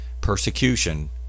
persecution